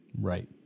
Right